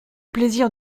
plaisir